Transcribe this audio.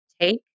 take